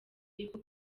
y’uko